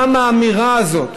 גם האמירה הזאת,